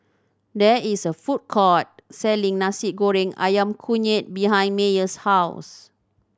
there is a food court selling Nasi Goreng Ayam Kunyit behind Meyer's house